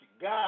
God